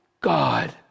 God